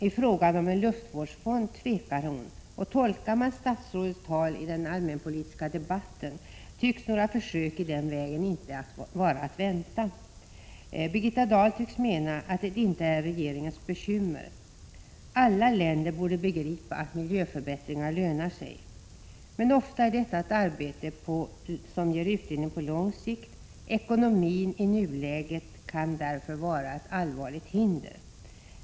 I frågan om en luftvårdsfond tvekar hon emellertid, och tolkar man statsrådets tal i den allmänpolitiska debatten tycks några försök i den vägen inte vara att vänta. Birgitta Dahl tycks mena att detta inte är regeringens bekymmer. Alla länder borde begripa att miljöförbättringar lönar sig. Men ofta är detta ett arbete som ger utdelning först på lång sikt, och ekonomin i nuläget kan därför vara ett allvarligt hinder.